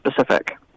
specific